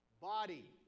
body